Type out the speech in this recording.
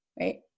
right